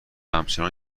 همچنان